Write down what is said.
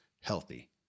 healthy